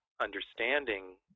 understanding